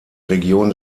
region